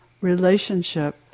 relationship